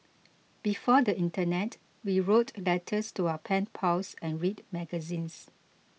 before the internet we wrote letters to our pen pals and read magazines